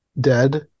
dead